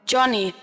Johnny